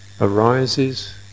arises